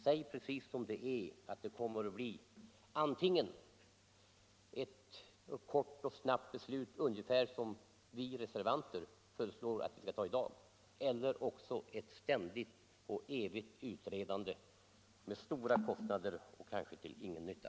Säg precis som det är! Det kommer att bli antingen en kort och snabb utredning och därefter ett beslut — så som vi reservanter föreslår riksdagen i dag — eller också ett ständigt och evigt utredande till höga kostnader och kanske till ingen nytta.